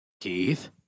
Keith